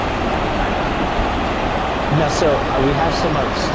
literally, died down within a year of time. now, so, we have some of,